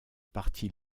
parti